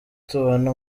tubona